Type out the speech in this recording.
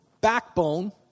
backbone